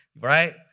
right